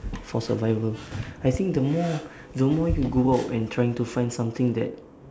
for survival I think the more the more you go out and trying to find something that